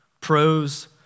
Pros